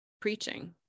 preaching